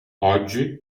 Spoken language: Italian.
oggi